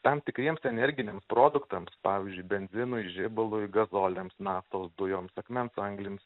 tam tikriems energiniams produktams pavyzdžiui benzinui žibalui gazoliams naftos dujoms akmens anglims